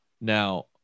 Now